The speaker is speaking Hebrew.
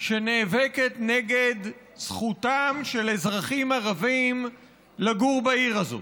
שנאבקת נגד זכותם של אזרחים ערבים לגור בעיר הזאת.